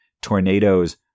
Tornadoes